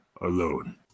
alone